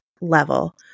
level